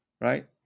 Right